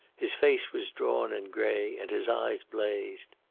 his face was drawn and grey and his eyes blazed.